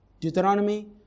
Deuteronomy